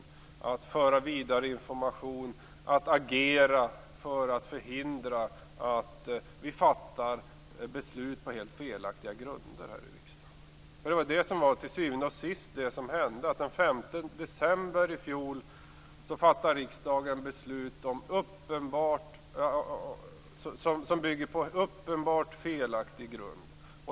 Det handlar om att föra vidare information och att agera för att förhindra att vi fattar beslut på helt felaktiga grunder här i riksdagen. Det var till syvende och sist vad som hände. Den 5 december i fjol fattade riksdagen beslut som bygger på uppenbart felaktig grund.